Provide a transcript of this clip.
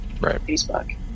Facebook